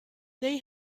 they